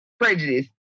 prejudice